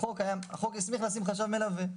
החוק הסמיך לשים חשב מלווה.